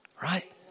Right